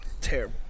Terrible